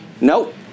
Nope